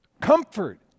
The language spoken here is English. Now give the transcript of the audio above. comfort